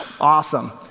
awesome